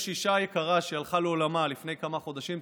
יש אישה יקרה שהלכה לעולמה לפני כמה חודשים,